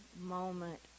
moment